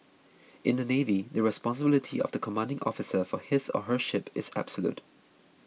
in the Navy the responsibility of the commanding officer for his or her ship is absolute